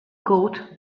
coat